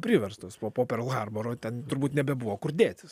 priverstas po po pearl harboro ten turbūt nebebuvo kur dėtis